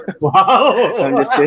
Wow